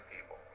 people